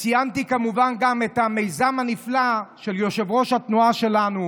וציינתי כמובן גם את המיזם הנפלא של יושב-ראש התנועה שלנו